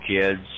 kids